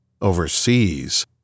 Overseas